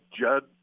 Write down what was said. Judd